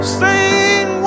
sing